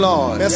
Lord